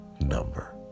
number